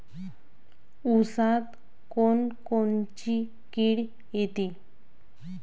ऊसात कोनकोनची किड येते?